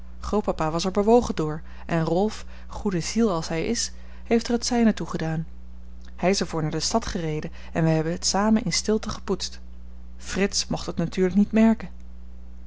grootpapa was er bewogen door en rolf goede ziel als hij is heeft er het zijne toe gedaan hij is er voor naar de stad gereden en wij hebben het samen in stilte gepoetst frits mocht het natuurlijk niet merken